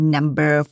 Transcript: Number